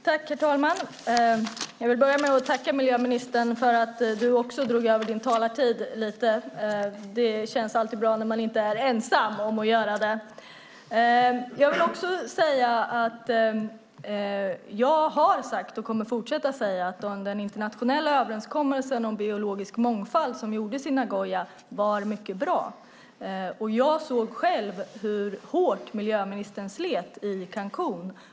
Herr talman! Jag vill börja med att tacka miljöministern för att han också drog över sin talartid lite. Det känns alltid bra när man inte är ensam om att göra det. Jag har sagt, och kommer att fortsätta att säga, att den internationella överenskommelsen om biologisk mångfald som gjordes i Nagoya var mycket bra. Jag såg själv hur hårt miljöministern slet i Cancún.